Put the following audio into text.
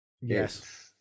Yes